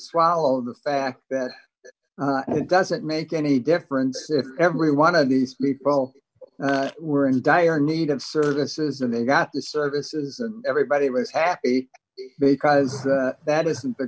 swallow the fact that it doesn't make any difference if every one of these people were in dire need of services and they got the services everybody was had because that isn't the